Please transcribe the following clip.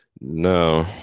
no